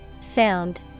Sound